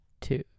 Two